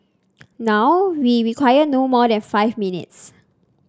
now we require no more than five minutes